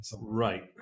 Right